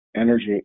energy